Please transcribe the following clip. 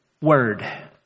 word